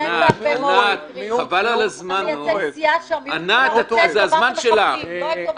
אתה מייצג סיעה שהמיעוט שלה רוצה את טובת המחבלים.